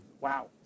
Wow